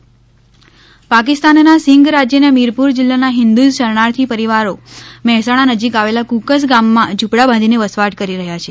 નાગરીકતા સુધારા વિધેયક પાકિસ્તાનના સિંધ રાજ્યના મીરપુર જિલ્લાના હિન્દુ શરણાર્થી પરિવારો મહેસાણા નજીક આવેલા કુકસ ગામમાં ઝુપડાં બાંધીને વસવાટ કરી રહ્યા છે